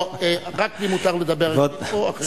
לא, רק לי מותר לדבר אנגלית פה.